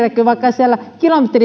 siellä metsässä sitä